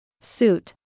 Suit